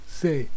say